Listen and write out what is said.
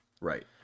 Right